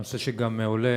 נושא שגם עולה